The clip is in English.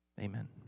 amen